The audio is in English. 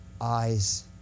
eyes